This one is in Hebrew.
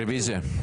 רביזיה.